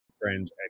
friends